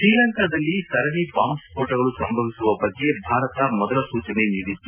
ಶ್ರೀಲಂಕಾದಲ್ಲಿ ಸರಣಿ ಬಾಂಬ್ ಸ್ವೋಟಗಳು ಸಂಭವಿಸುತ್ತದೆ ಎಂದು ಭಾರತ ಮೊದಲ ಸೂಚನೆ ನೀಡಿತ್ತು